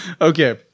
Okay